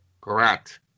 Correct